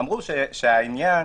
אמרו שהעניין